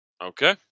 Okay